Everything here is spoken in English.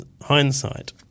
hindsight